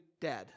dead